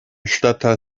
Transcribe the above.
stadtteil